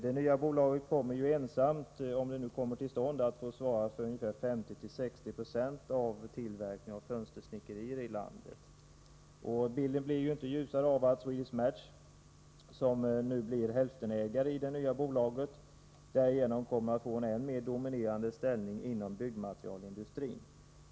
Det nya bolaget kommer ensamt att svara för 50-60 96 av landets tillverkning av fönstersnickerier. Bilden blir inte ljusare av att Swedish Match, som nu blir hälftenägare i det nya bolaget, därigenom kommer att få en än mera dominerande ställning inom byggmaterialindustrin.